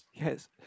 Yes